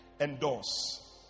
Endorse